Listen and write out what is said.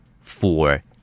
Four